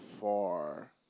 far